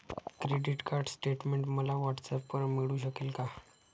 Credit card statement मला व्हॉट्सऍपवर मिळू शकेल का?